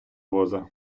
воза